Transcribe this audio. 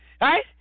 Right